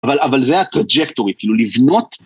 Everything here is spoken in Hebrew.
אבל זה הטראג'קטורי, כאילו לבנות.